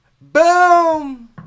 Boom